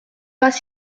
pas